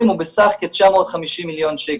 הוא בסך כ-950 מיליון שקל.